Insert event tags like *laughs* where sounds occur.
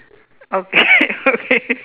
okay *laughs* okay